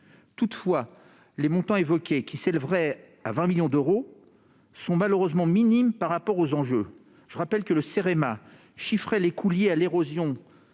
Toutefois, les montants évoqués, qui s'élèveraient à 20 millions d'euros, sont malheureusement minimes par rapport aux enjeux. Je rappelle que le Cerema chiffrait les coûts liés à l'érosion